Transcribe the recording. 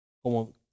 como